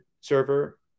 server